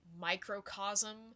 microcosm